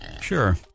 Sure